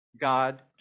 God